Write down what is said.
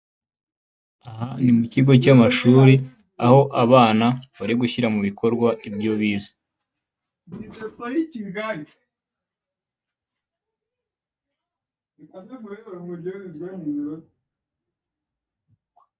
Imashini iri ahantu mu ruganda iriho amaguru menshi cyane hariho n'isaha nini ibara bigaragare ko ari imashini isya ibintu runaka mu ruganda.